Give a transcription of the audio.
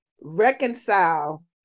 reconcile